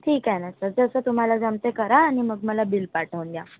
ठीक आहे ना सर जसं तुम्हाला जमतं आहे करा आणि मग मला बिल पाठवून द्या